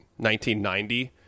1990